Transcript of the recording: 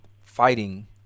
fighting